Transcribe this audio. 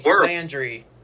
Landry